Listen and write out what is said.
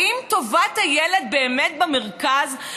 האם טובת הילד באמת במרכז,